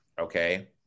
Okay